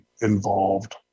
involved